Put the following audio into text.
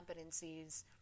competencies